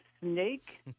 snake